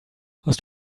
hast